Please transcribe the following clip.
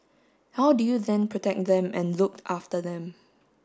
how do you then protect them and look after them